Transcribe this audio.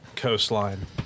coastline